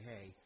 hey